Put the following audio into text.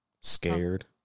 scared